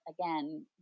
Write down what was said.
again